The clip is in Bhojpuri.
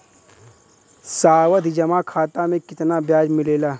सावधि जमा खाता मे कितना ब्याज मिले ला?